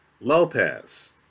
Lopez